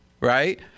right